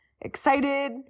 Excited